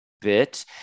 bit